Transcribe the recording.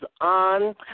on